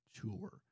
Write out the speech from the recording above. Tour